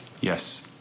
Yes